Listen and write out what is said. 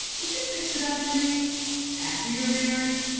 would you fix it up for me after you're married